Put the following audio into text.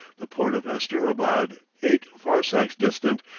the port of asterabad, eight farsakhs distant,